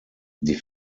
die